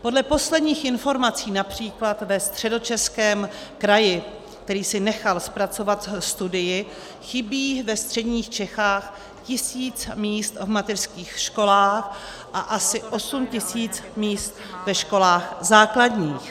Podle posledních informací například ve Středočeském kraji, který si nechal zpracovat studii, chybí ve středních Čechách tisíc míst v mateřských školách a asi 8 tisíc míst ve školách základních.